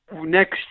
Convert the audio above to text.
next